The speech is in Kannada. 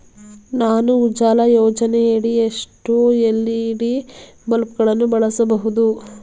ನಾನು ಉಜಾಲ ಯೋಜನೆಯಡಿ ಎಷ್ಟು ಎಲ್.ಇ.ಡಿ ಬಲ್ಬ್ ಗಳನ್ನು ಬಳಸಬಹುದು?